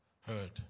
heard